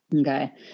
Okay